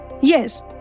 Yes